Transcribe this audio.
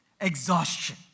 Exhaustion